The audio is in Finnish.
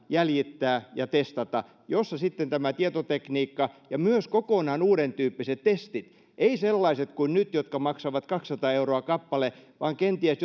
jäljittää ja testata jossa on tämä tietotekniikka ja myös kokonaan uudentyyppiset testit ei sellaiset kuin nyt jotka maksavat kaksisataa euroa kappale vaan kenties